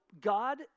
God